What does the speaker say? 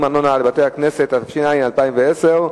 17), התש"ע 2010,